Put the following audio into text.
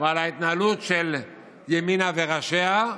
ולהתנהלות של ימינה וראשיה,